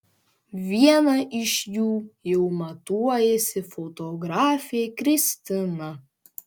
vieną iš jų jau matuojasi fotografė kristina